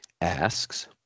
Asks